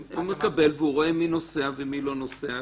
הוא מקבל והוא רואה מי נוסע ומי לא נוסע.